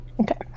Okay